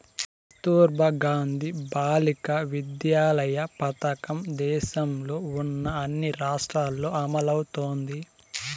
కస్తుర్బా గాంధీ బాలికా విద్యాలయ పథకం దేశంలో ఉన్న అన్ని రాష్ట్రాల్లో అమలవుతోంది